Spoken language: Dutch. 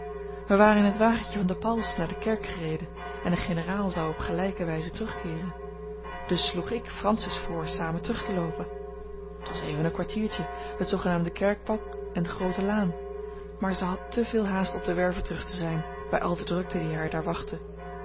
wij waren in t wagentje van de pauwelsen naar de kerk gereden en de generaal zou op gelijke wijze terugkeeren dus sloeg ik francis voor samen terug te loopen het was even een kwartiertje het zoogenaamde kerkpad en de groote laan maar zij had te veel haast op de werve terug te zijn bij al de drukte die haar daar wachtte